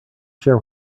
share